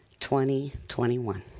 2021